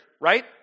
right